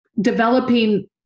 developing